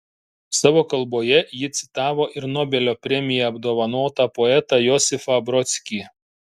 savo kalboje ji citavo ir nobelio premija apdovanotą poetą josifą brodskį